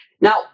Now